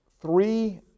three